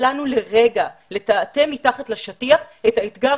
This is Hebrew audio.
אל לנו לרגע לטאטא מתחת לשטיח את האתגר